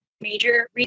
major